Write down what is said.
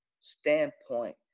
standpoint